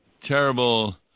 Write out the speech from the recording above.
terrible